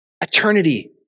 eternity